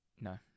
No